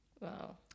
Wow